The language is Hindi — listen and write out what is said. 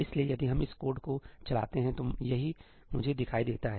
इसलिए यदि हम इस कोड को चलाते हैं तो यही मुझे दिखाई देता है